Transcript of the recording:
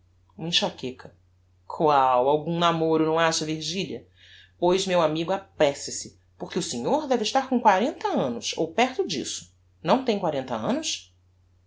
uma enxaqueca qual algum namoro não acha virgilia pois meu amigo apresse se porque o senhor deve estar com quarenta annos ou perto disso não tem quarenta annos